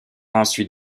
ensuite